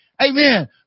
Amen